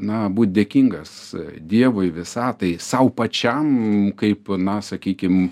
na būt dėkingas dievui visatai sau pačiam kaip na sakykim